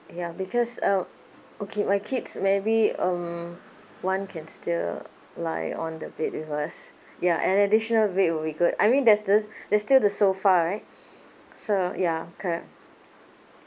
ya because uh okay my kids maybe um one can still lie on the bed with us ya an additional bed will be good I mean there's this there's still the sofa right so ya correct